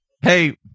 Hey